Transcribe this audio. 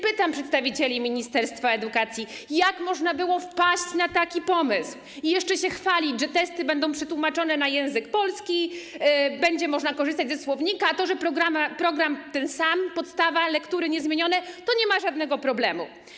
Pytam przedstawicieli ministerstwa edukacji, jak można było wpaść na taki pomysł i jeszcze się chwalić, że testy będą przetłumaczone na język polski, będzie można korzystać ze słownika, a to, że program ten sam, podstawa, lektury niezmienione, to nie ma żadnego problemu.